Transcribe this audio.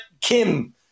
Kim